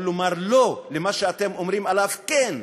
לומר "לא" למה שאתם אומרים עליו "כן"?